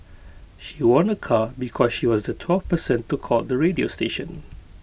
she won A car because she was the twelfth person to call the radio station